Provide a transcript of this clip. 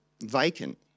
vacant